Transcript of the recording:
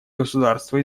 государство